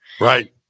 right